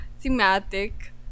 thematic